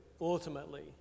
ultimately